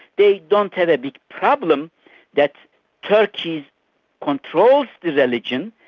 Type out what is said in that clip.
they don't have a big problem that turkey controls the religion,